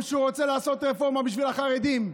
שהוא רוצה לעשות רפורמה בשביל החרדים.